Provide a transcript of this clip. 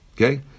Okay